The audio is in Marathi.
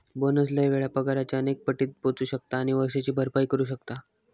बोनस लय वेळा पगाराच्या अनेक पटीत पोचू शकता आणि वर्षाची भरपाई करू शकता